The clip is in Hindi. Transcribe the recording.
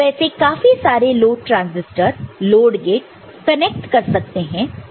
तो ऐसे काफी सारे load transistor load gate connect कर सकते हैं बिना कोई डिफिकल्टी के